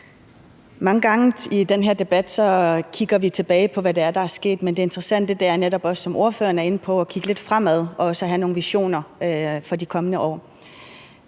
Mange gange i den her debat kigger vi tilbage på, hvad det er, der er sket, men det interessante er netop også, som ordføreren er inde på, at kigge lidt fremad og have nogle visioner for de kommende år.